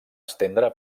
estendre